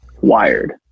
wired